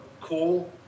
cool